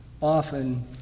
often